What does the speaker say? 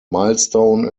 milestone